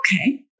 okay